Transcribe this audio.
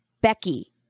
Becky